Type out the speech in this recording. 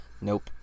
Nope